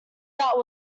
that